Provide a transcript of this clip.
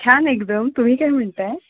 छान एकदम तुम्ही काय म्हणत आहे